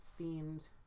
themed